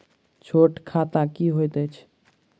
छोट खाता की होइत अछि